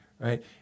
right